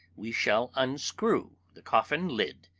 we shall unscrew the coffin-lid,